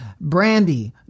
Brandy